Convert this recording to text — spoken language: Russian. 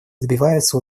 добиваются